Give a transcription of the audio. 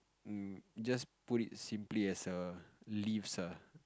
um just put it simply as a leaves ah